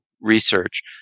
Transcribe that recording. research